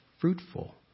fruitful